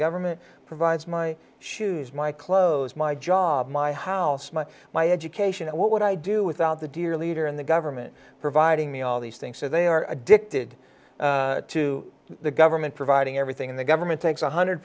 government provides my shoes my clothes my job my house my my education what would i do without the dear leader and the government providing me all these things so they are addicted to the government providing everything and the government takes one hundred